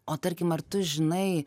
o tarkim ar tu žinai